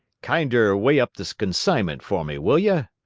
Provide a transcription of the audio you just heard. kinder weigh up this consignment for me, will ye?